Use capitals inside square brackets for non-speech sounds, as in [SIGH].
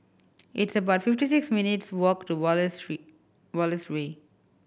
it's about fifty six minutes' walk to Wallace [UNINTELLIGIBLE] Wallace Way